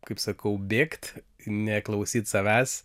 kaip sakau bėgt neklausyt savęs